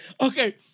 Okay